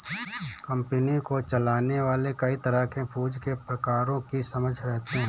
company को चलाने वाले कई तरह के पूँजी के प्रकारों की समझ रखते हैं